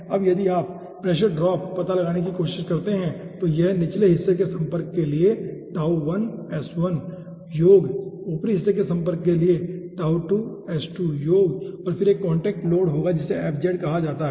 अब यदि आप प्रेशर ड्रॉप पता लगाने की कोशिश करते हैं तो यह निचले हिस्से के संपर्क के लिए योग ऊपरी हिस्से के संपर्क के लिए होगा और फिर एक कॉन्टैक्ट लोड होगा जिसे fz कहा जाता है